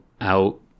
out